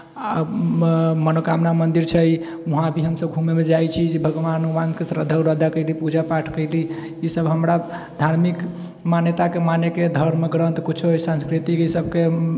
आ मनोकामना मन्दिर छै उहा भी हमसब घूमे उमे जाइ छी जे भगवान उगवानके श्रद्धा उर्धा कइली पूजा पाठ कइली ई सब हमरा धार्मिक मन्यताके मानैके धर्म ग्रन्थ कुछो अहि संस्कृति